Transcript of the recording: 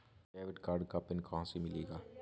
Debit card का PIN कहां से मिलेगा?